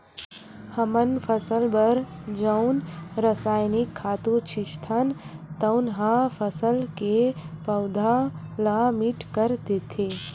हमन फसल बर जउन रसायनिक खातू छितथन तउन ह फसल के पउधा ल मीठ कर देथे